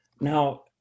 Now